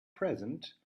present